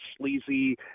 sleazy